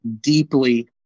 deeply